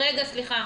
סליחה.